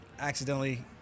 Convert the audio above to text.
accidentally